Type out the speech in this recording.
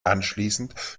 anschließend